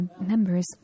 members